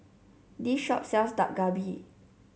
this shop sells Dak Galbi